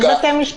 יש בתי משפט.